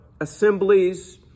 assemblies